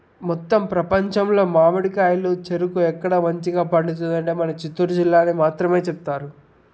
మొత్తం ప్రపంచంలో మావిడికాయలు చెరుకు ఎక్కడ మంచిగా పండుతుంది అంటే మన చిత్తూరు జిల్లా అని మాత్రమే చెప్తారు